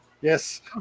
Yes